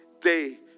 day